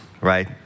right